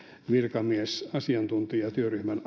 virkamiesasiantuntijatyöryhmän